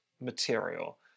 material